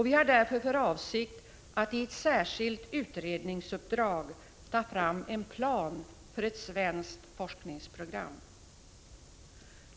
Vi har därför för avsikt att i ett särskilt utredningsuppdrag ta fram en plan för ett svenskt forskningsprogram.